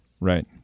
right